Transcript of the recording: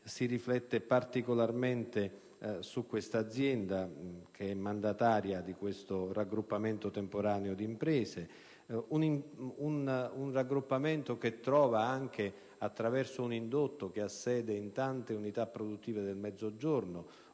si riflette particolarmente su questa azienda, che è mandataria di questo raggruppamento temporaneo di imprese. Tale raggruppamento denota, anche attraverso un indotto che ha sede in tante unità produttive del Mezzogiorno,